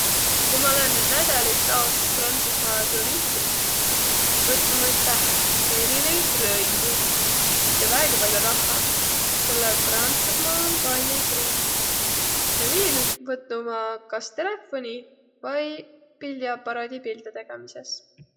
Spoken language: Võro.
Ku ma lännü nädälis aos Pariisi turistis, võtnuq ma üteh erinevid rõivit, ja väega pall'o rahha, selle et Prantsusmaa om kallis riik. Ja viil võtnuq ma kas telefoni vai pildiaparaadi pilte tegemises.